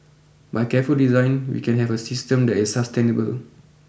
by careful design we can have a system that is sustainable